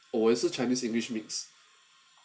我也是 chinese english mix